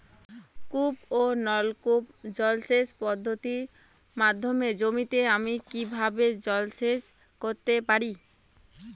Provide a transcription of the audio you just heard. কূপ ও নলকূপ জলসেচ পদ্ধতির মাধ্যমে জমিতে আমি কীভাবে জলসেচ করতে পারি?